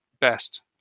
best